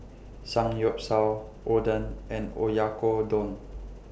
Samgyeopsal Oden and Oyakodon